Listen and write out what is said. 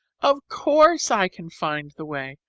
of course i can find the way.